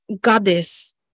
goddess